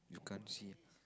you can't see